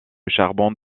charbon